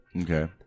Okay